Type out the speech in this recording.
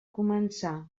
començar